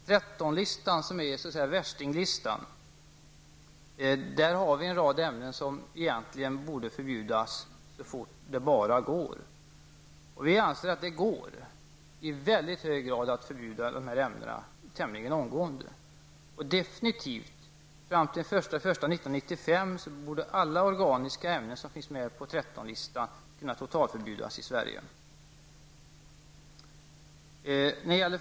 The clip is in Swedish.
13-listan, som är ''värstinglistan'', innehåller en rad ämnen som egentligen borde förbjudas så fort som det bara går. Vi anser att det i väldigt hög grad går att förbjuda dessa ämnen tämligen omgående. Allra senast till den 1 januari 1995 borde alla organiska ämnen som finns med på 13-listan totalförbjudas i Sverige.